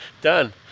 Done